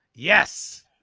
yes.